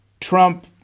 Trump